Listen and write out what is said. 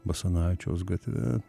basanavičiaus gatve